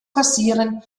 passieren